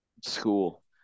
school